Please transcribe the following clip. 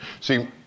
See